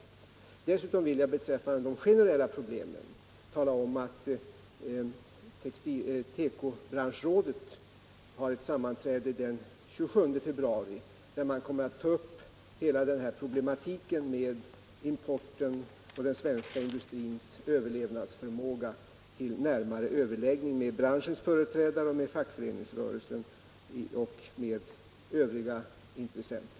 När det gäller de generella problemen vill jag dessutom tala om att tekobranschrådet har ett sammanträde den 27 februari, där man kommer att ta upp hela problematiken med importen och den svenska industrins överlevnadsförmåga till närmare överläggning med branschens företrädare, med fackföreningsrörelsen och med övriga intressenter.